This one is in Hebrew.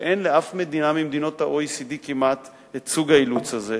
ולאף מדינה ממדינות ה-OECD כמעט אין סוג האילוץ הזה.